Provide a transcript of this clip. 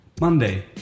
Monday